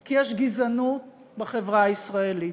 כי יש גזענות בחברה הישראלית?